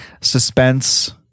suspense